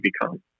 become